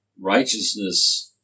Righteousness